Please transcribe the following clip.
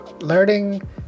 Learning